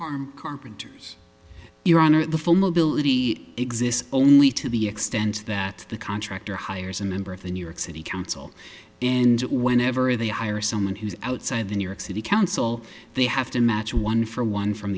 harm carpenters your honor the full mobility exists only to the extent that the contractor hires a member of the new york city council and whenever they hire someone who's outside the new york city council they have to match one for one from